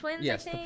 Yes